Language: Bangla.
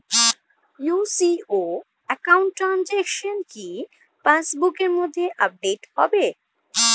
ইউ.সি.ও একাউন্ট ট্রানজেকশন কি পাস বুকের মধ্যে আপডেট হবে?